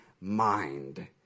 mind